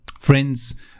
Friends